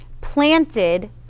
planted